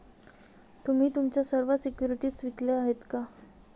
तुम्ही तुमच्या सर्व सिक्युरिटीज विकल्या आहेत का?